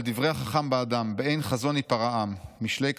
דברי החכם באדם: 'באין חזון ייפרע עם' (משלי,